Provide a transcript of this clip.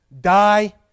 die